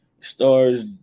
stars